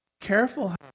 ...careful